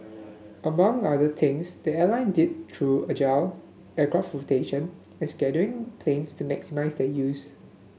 among other things the airline did through agile aircraft rotation and scheduling planes to maximise their use